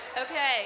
Okay